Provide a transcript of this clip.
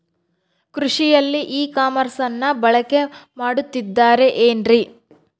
ಕೃಷಿಯಲ್ಲಿ ಇ ಕಾಮರ್ಸನ್ನ ಬಳಕೆ ಮಾಡುತ್ತಿದ್ದಾರೆ ಏನ್ರಿ?